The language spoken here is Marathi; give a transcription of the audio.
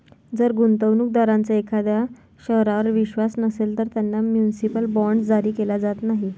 जर गुंतवणूक दारांचा एखाद्या शहरावर विश्वास नसेल, तर त्यांना म्युनिसिपल बॉण्ड्स जारी केले जात नाहीत